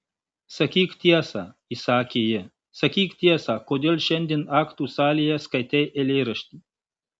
sakyk tiesą įsakė ji sakyk tiesą kodėl šiandien aktų salėje skaitei eilėraštį